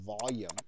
volume